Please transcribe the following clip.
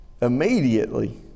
immediately